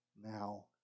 now